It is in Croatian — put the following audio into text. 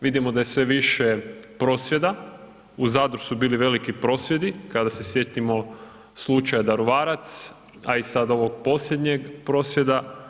Vidima da je sve više prosvjeda, u Zadru su bili veliki prosvjedi kada se sjetimo slučaja Daruvarac a i sad ovog posljednjeg prosvjeda.